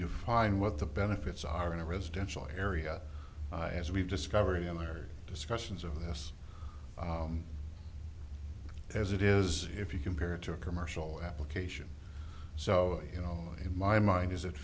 divine what the benefits are in a residential area as we've discovery in our discussions of this as it is if you compare it to a commercial application so you know in my mind is it